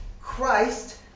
Christ